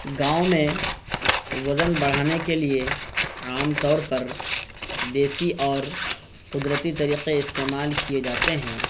گاؤں میں وزن بڑھانے کے لیے عام طور پر دیسی اور قدرتی طریقے استعمال کیے جاتے ہیں